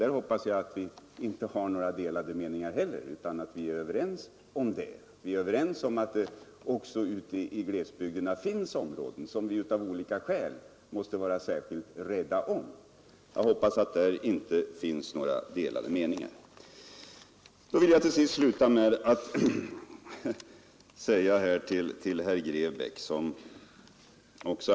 Där hoppas jag att vi inte har några delade meningar heller utan att vi är överens om att det också i glesbygderna finns områden som vi av olika skäl måste vara särskilt rädda om. Till sist vill jag säga några ord till herr Grebäck.